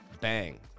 Bang